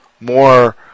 more